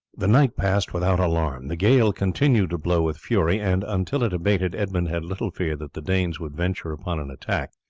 the night passed without alarm. the gale continued to blow with fury, and until it abated edmund had little fear that the danes would venture upon an attack.